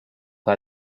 kui